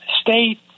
state